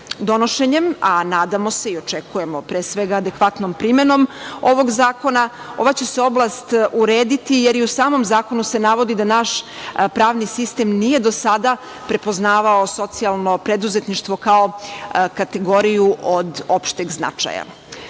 Donošenjem, a nadamo se i očekujemo, pre svega, adekvatnom primenom ovog zakona, ova će se oblast urediti, jer i u samom zakonu se navodi da naš pravni sistem nije do sada prepoznavao socijalno preduzetništvo, kao kategoriju od opšteg značaja. Ono